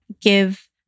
give